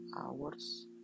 hours